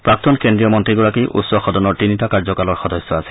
প্ৰাক্তন কেন্দ্ৰীয় মন্ত্ৰীগৰাকী উচ্চ সদনৰ তিনিটা কাৰ্যকালৰ সদস্য আছিল